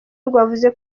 rwavuze